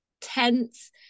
tense